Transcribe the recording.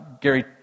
Gary